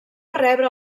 rebre